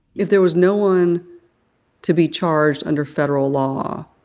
if there was no one to be charged under federal law,